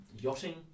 yachting